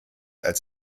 als